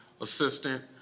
assistant